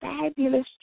fabulous